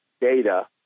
data